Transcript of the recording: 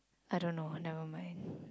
I don't know nevermind